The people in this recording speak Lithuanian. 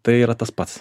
tai yra tas pats